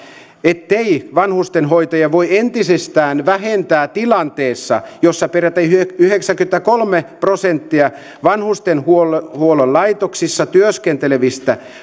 ettei vanhustenhoitajia voi entisestään vähentää tilanteessa jossa peräti yhdeksänkymmentäkolme prosenttia vanhustenhuollon laitoksissa työskentelevistä